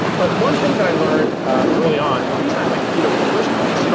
but one thing that i learned early on, and the reason i went keto in the first place. you know